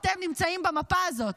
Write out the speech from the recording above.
איפה אתם נמצאים במפה הזאת?